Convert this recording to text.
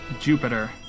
Jupiter